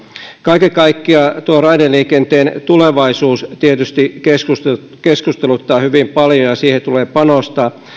kaiken kaikkiaan tuo raideliikenteen tulevaisuus tietysti keskusteluttaa keskusteluttaa hyvin paljon ja siihen tulee panostaa